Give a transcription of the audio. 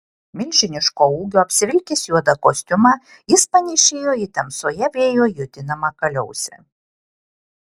milžiniško ūgio apsivilkęs juodą kostiumą jis panėšėjo į tamsoje vėjo judinamą kaliausę